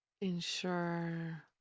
ensure